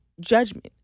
judgment